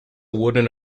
wooden